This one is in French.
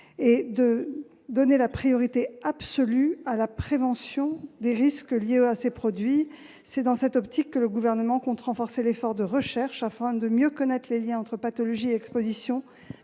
et de donner la priorité absolue à la prévention des risques liés à ces produits. C'est dans cette optique que le Gouvernement compte renforcer l'effort de recherche, ... Avec quels moyens ?... afin de mieux connaître les liens entre pathologie et exposition,